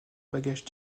bagage